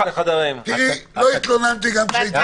תראי, לא התלוננתי גם כשהייתי